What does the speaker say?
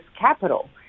capital